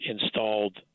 installed